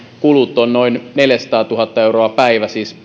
kulut ovat noin neljäsataatuhatta euroa päivässä siis